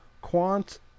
Quant